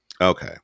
okay